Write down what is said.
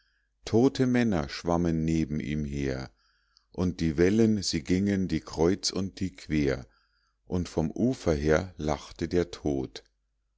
tote männer schwammen neben ihm her und die wellen die gingen die kreuz und die quer und vom ufer her lachte der tod